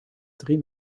drie